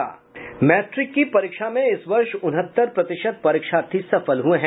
matric की परीक्षा में इस वर्ष उनहत्तर प्रतिशत परीक्षार्थी सफल हुए हैं